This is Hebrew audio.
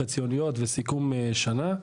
חציוניות וסיכום שנה.